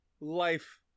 life